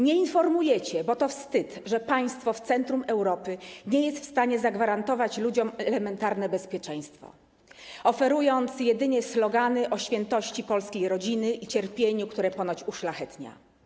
Nie informujecie, bo to wstyd, że państwo w centrum Europy nie jest w stanie zagwarantować ludziom elementarnego bezpieczeństwa, oferując jedynie slogany o świętości polskiej rodziny i cierpieniu, które ponoć uszlachetnia.